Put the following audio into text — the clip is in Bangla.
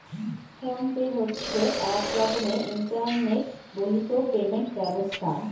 ফোন পে হচ্ছে এক রকমের ইন্টারনেট বাহিত পেমেন্ট ব্যবস্থা